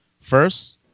First